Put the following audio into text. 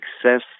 success